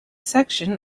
section